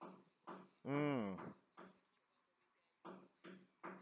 mm